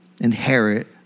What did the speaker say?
inherit